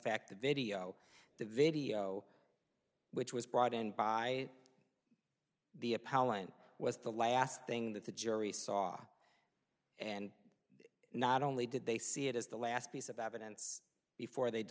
fact the video the video which was brought in by the appellant was the last thing that the jury saw and not only did they see it as the last piece of evidence before they